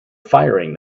firing